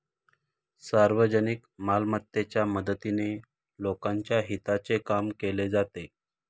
सार्वजनिक मालमत्तेच्या मदतीने लोकांच्या हिताचे काम केले जाते